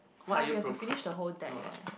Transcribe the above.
!huh! we have to finish the whole deck eh